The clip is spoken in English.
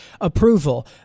approval